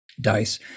dice